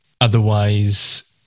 otherwise